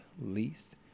least